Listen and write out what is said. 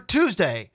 Tuesday